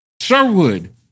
Sherwood